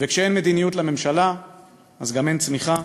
וכשאין מדיניות לממשלה גם אין צמיחה,